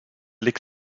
lick